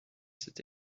cette